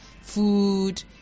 food